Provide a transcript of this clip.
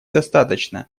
достаточно